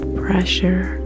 pressure